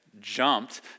jumped